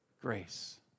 grace